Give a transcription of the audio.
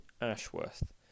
Ashworth